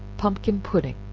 pumpkin pudding.